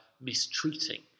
mistreating